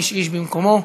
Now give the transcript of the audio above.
איש-איש במקומו.